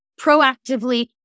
Proactively